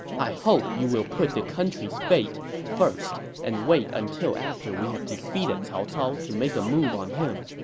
i hope you will put the country's fate first and wait until after we have defeated cao cao to make a move on him.